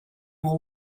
will